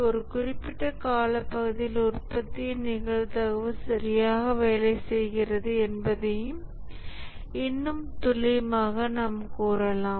ஒரு குறிப்பிட்ட காலப்பகுதியில் உற்பத்தியின் நிகழ்தகவு சரியாக வேலை செய்கிறது என்பதை இன்னும் துல்லியமாக நாம் கூறலாம்